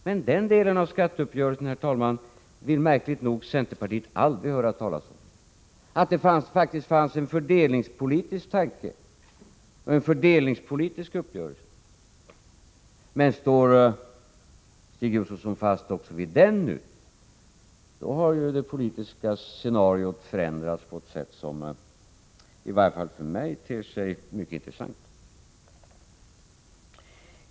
Men den delen av skatteuppgörelsen vill centerpartiet märkligt nog aldrig höra talas om. Det fanns faktiskt en fördelningspolitisk tanke och en fördelningspolitisk uppgörelse. Står Stig Josefson nu fast även vid den, har det politiska scenariot förändrats på ett sätt som i varje fall för mig ter sig mycket intressant.